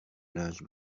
linge